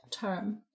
term